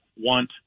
want